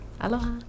Aloha